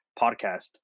podcast